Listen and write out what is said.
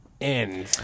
end